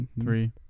three